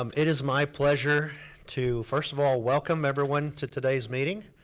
um it is my pleasure to, first of all, welcome everyone to today's meeting.